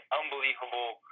unbelievable